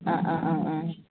അ അ അ ആ